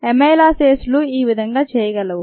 అమైలాసేస్లు ఆ విధంగా చేయగలవు